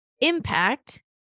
impact